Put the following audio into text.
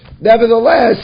Nevertheless